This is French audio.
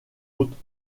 autres